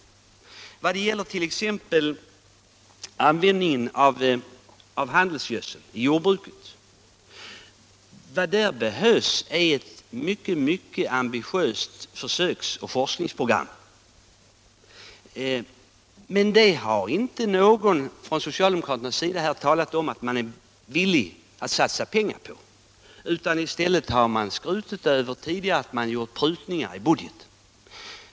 Det behövs t.ex. i frågan om användningen av handelsgödsel i jordbruket ett mycket ambitiöst försöks och forskningsprogram, men ingen av socialdemokraterna har här talat om att man är villig att satsa péngar på detta. I stället har man tidigare skrutit över att man gjort prutningar i budgeten.